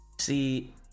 see